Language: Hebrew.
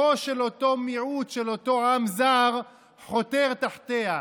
חלקו של אותו מיעוט, של אותו עם זר, חותר תחתיה.